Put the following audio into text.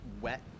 wet